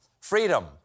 freedom